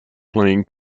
playing